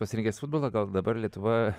pasirinkęs futbolą gal dabar lietuva